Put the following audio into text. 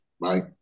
right